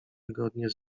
wygodnie